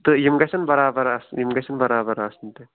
تہٕ یِم گَژھن بَرابر آسنہِ یِم گَژھن بَرابر آسٕنۍ تہِ